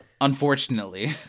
unfortunately